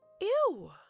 Ew